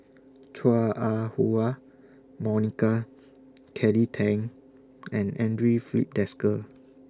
Chua Ah Huwa Monica Kelly Tang and Andre Filipe Desker